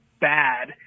bad